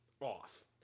off